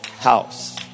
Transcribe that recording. House